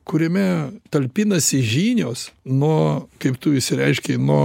kuriame talpinasi žinios nuo kaip tu išsireiškei nuo